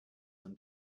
them